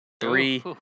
three